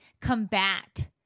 combat